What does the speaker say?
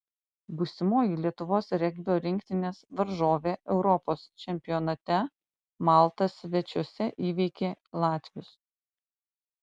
būsimoji lietuvos regbio rinktinės varžovė europos čempionate malta svečiuose įveikė latvius